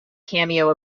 cameo